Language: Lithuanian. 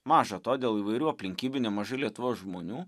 maža to dėl įvairių aplinkybių nemažai lietuvos žmonių